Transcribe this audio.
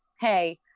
hey